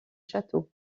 château